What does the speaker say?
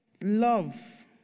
love